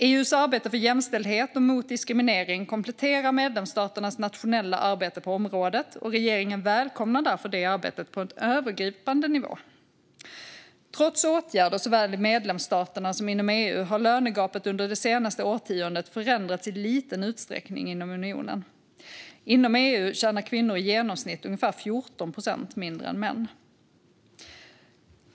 EU:s arbete för jämställdhet och mot diskriminering kompletterar medlemsstaternas nationella arbete på området, och regeringen välkomnar därför det arbetet på en övergripande nivå. Trots åtgärder såväl i medlemsstaterna som inom EU har lönegapet under det senaste årtiondet förändrats i liten utsträckning inom unionen. Inom EU tjänar kvinnor i genomsnitt ungefär 14 procent mindre än män.